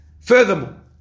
Furthermore